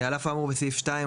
"על אף האמור בסעיף 2,